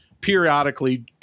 periodically